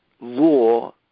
law